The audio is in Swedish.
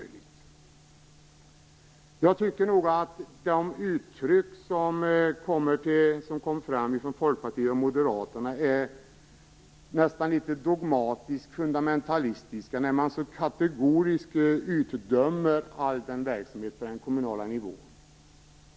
Jag tycker att de synpunkter som kommer fram från Folkpartiet och Moderaterna är litet dogmatiskt fundamentalistiska. Man utdömer kategoriskt all verksamhet som bedrivs på den kommunala nivån.